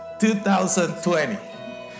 2020